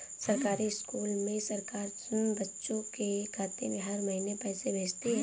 सरकारी स्कूल में सरकार बच्चों के खाते में हर महीने पैसे भेजती है